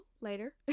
later